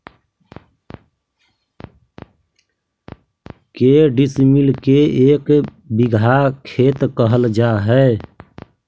के डिसमिल के एक बिघा खेत कहल जा है?